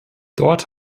dort